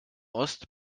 ost